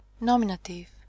Nominative